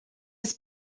his